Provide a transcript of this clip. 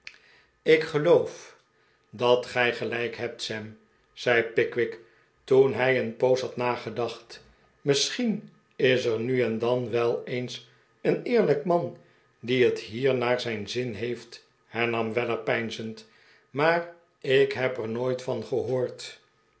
ik geloof dat gij gelijk hebt sam zei pickwick toen hij een poos had nagedacht misschien is er nu en dan wel eens een eerlijk man die het hier naar zijn zin heeft hernam weller peinzend maar ik heb er nooit van een gehoord